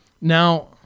Now